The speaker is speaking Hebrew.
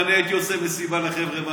אם אני הייתי עושה מסיבה לחבר'ה,